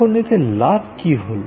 এখন এতে লাভ কী হল